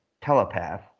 telepath